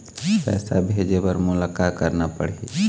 पैसा भेजे बर मोला का करना पड़ही?